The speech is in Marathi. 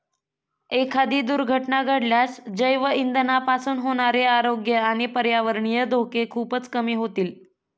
एखादी दुर्घटना घडल्यास जैवइंधनापासून होणारे आरोग्य आणि पर्यावरणीय धोके खूपच कमी होतील